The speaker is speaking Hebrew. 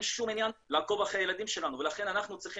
שום עניין לעקוב אחרי הילדים שלנו ולכן אנחנו צריכים